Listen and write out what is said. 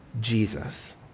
Jesus